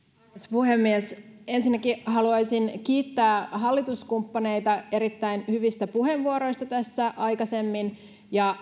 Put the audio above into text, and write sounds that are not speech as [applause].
puhemies ensinnäkin haluaisin kiittää hallituskumppaneita erittäin hyvistä puheenvuoroista tässä aikaisemmin ja [unintelligible]